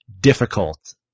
difficult